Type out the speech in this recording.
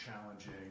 challenging